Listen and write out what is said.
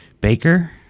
baker